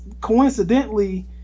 coincidentally